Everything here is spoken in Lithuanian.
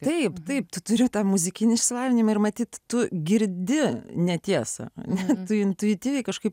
taip taip turiu tą muzikinį išsilavinimą ir matyt tu girdi netiesą nes intuityviai kažkaip